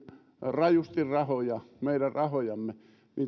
rajusti väärin rahoja meidän rahojamme niin